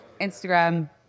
Instagram